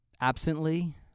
absently